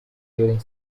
during